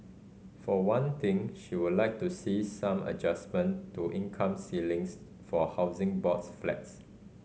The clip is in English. for one thing she would like to see some adjustment to income ceilings for Housing Boards flats